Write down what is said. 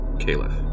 Caliph